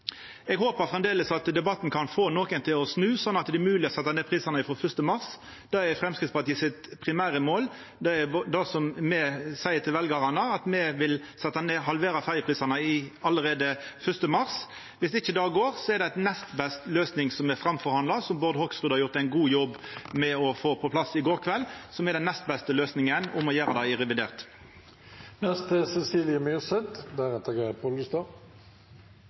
Eg håper framleis at debatten kan få nokon til å snu, slik at det er mogleg å setja ned prisane frå 1. mars. Det er Framstegspartiets primære mål. Det er det me seier til veljarane, at me vil setja ned og halvera ferjeprisane allereie frå 1. mars. Om ikkje det går, er løysinga som er framforhandla – som Bård Hoksrud har gjort ein god jobb med, og som ein fekk på plass i går kveld – den nest beste løysinga: å gjera dette i revidert